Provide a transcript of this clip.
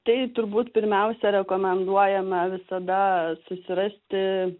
tai turbūt pirmiausia rekomenduojame visada susirasti